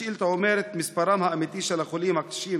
השאילתה אומרת: מספרם האמיתי של החולים הקשים